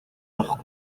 авах